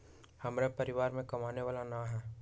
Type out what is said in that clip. हमरा परिवार में कमाने वाला ना है?